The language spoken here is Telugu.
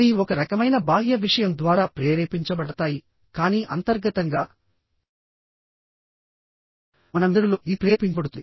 అవి ఒక రకమైన బాహ్య విషయం ద్వారా ప్రేరేపించబడతాయికానీ అంతర్గతంగా మన మెదడులోఇది ప్రేరేపించబడుతుంది